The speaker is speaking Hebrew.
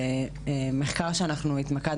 זה גם משהו שאנחנו מאוד מנסים להגיע ולהקפיד